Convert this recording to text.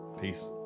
Peace